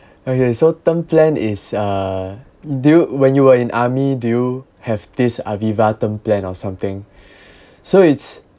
okay so term plan is uh do when you were in army do you have this AVIVA term plan or something so it's